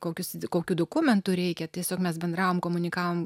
kokius t kokių dokumentų reikia tiesiog mes bendravom komunikavom